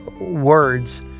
words